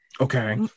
Okay